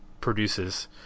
produces